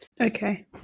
Okay